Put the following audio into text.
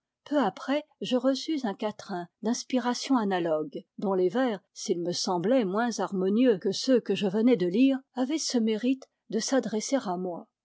après je reçus un quatrain d'inspiration analogue dont les vers s'ils me semblaient moins harmonieux que ceux que je venais de lire avaient ce mérite de s'adresser à moi